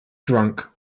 drunk